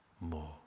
more